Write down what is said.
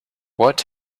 what